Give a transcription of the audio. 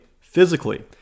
physically